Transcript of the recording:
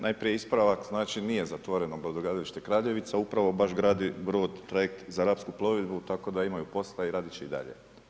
Najprije ispravak, znači nije zatvoreno brodogradilište Kraljevica, upravo baš gradi … trajekt za Rapsku plovidbu, tako da imaju posla i raditi će i dalje.